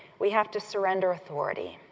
we have to surrender authority,